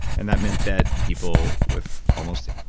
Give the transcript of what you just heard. and that meant that people with almost,